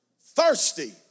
thirsty